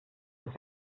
das